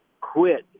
quit